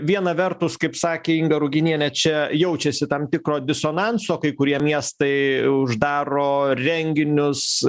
viena vertus kaip sakė inga ruginienė čia jaučiasi tam tikro disonanso kai kurie miestai uždaro renginius